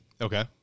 Okay